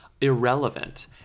irrelevant